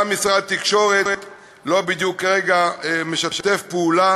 גם משרד התקשורת לא בדיוק משתף פעולה